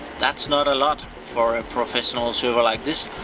that's not a lot for a professional server like this,